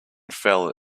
fell